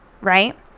right